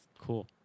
cool